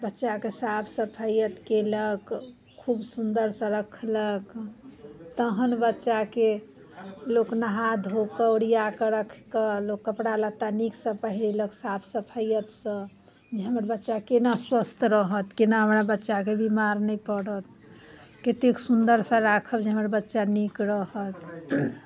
बच्चाके साफ सफैयत कयलक खूब सुन्दरसँ रखलक तखन बच्चाकेँ लोक नहा धो कऽ ओरिया कऽ राखि कऽ लोक कपड़ा लत्ता नीकसँ पहिरेलक साफ सफैयतसँ जे हमर बच्चा केना स्वस्थ रहत केना हमरा बच्चाके बीमार नहि पड़त कतेक सुन्दरसँ राखब जे हमर बच्चा नीक रहत